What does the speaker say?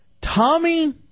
Tommy